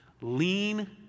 Lean